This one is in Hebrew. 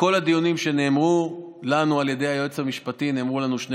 בכל הדיונים שנאמרו לנו על ידי היועץ המשפטי נאמרו לנו שני